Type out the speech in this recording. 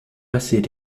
passer